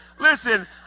Listen